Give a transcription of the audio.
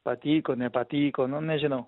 patiko nepatiko nu nežinau